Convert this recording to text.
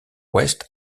west